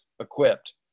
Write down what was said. equipped